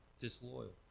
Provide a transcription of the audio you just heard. disloyal